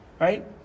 right